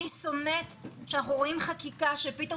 אני שונאת שאנחנו רואים חקיקה שפתאום